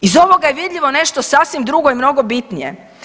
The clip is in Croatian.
Iz ovoga je vidljivo nešto sasvim drugo i mnogo bitnije.